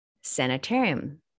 Sanitarium